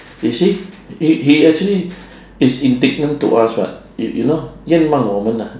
you see he he actually is indignant to us [what] you you know 冤枉我们 ah